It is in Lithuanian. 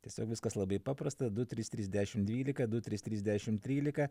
tiesiog viskas labai paprasta du trys trys dešim dvylika du trys trys dešim trylika